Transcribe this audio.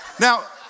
Now